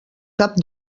cap